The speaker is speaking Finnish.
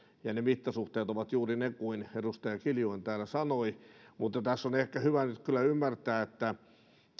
ja ne mittasuhteet ovat juuri ne kuin edustaja kiljunen täällä sanoi mutta tässä on ehkä hyvä nyt kyllä ymmärtää että